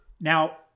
Now